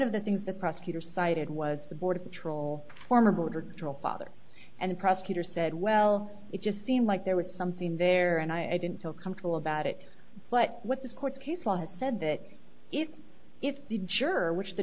of the things the prosecutor cited was the border patrol former border patrol father and a prosecutor said well it just seemed like there was something there and i didn't feel comfortable about it but what the court case was said that if if the juror which the